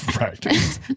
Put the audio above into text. Right